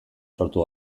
sortu